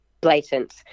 blatant